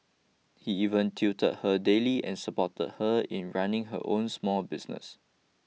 he even tutored her daily and supported her in running her own small business